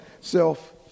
self